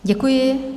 Děkuji.